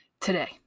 today